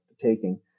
taking